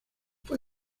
fue